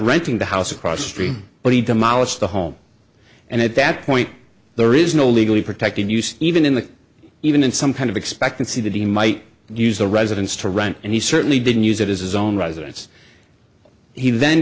renting the house across the street but he demolished the home and at that point there is no legally protecting used even in the even in some kind of expectancy that he might use the residence to run and he certainly didn't use it as his own residence he then